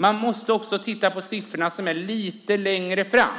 Man måste också titta på siffrorna lite längre fram.